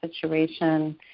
situation